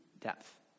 depth